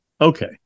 Okay